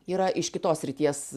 yra iš kitos srities